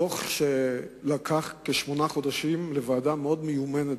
זה דוח שהפקתו לקחה כשמונה חודשים לוועדה מאוד מיומנת,